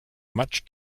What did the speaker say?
much